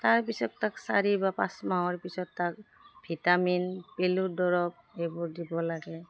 তাৰপিছত তাক চাৰি বা পাঁচ মাহৰ পিছত তাক ভিটামিন পেলুৰ দৰৱ এইবোৰ দিব লাগে